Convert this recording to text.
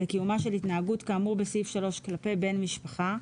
לקיומה של התנהגות כאמור בסעיף 3 כלפי בן משפחה,